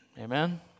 Amen